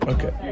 Okay